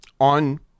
on